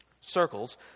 circles